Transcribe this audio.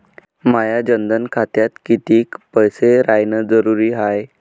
माया जनधन खात्यात कितीक पैसे रायन जरुरी हाय?